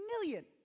million